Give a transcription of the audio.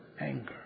anger